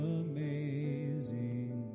amazing